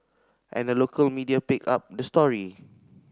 and the local media picked up the story